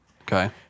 Okay